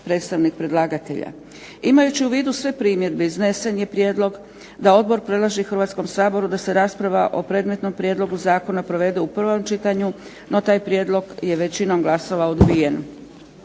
predstavnik predlagatelja. Imajući u vidu sve primjedbe iznesen je prijedlog da odbor predloži Hrvatskom saboru da se rasprava o predmetnom prijedlogu zakona provede u prvom čitanju, no taj prijedlog je većinom glasova odbijen.